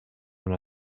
una